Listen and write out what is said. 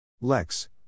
Lex